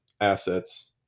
assets